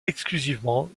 exclusivement